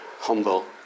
humble